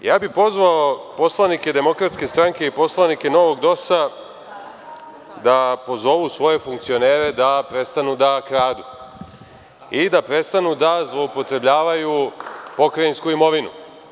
Ja bih pozvao poslanike DS i poslanike novog DOS-a da pozovu svoje funkcionere da prestanu da kradu i da prestanu da zloupotrebljavaju pokrajinsku imovinu.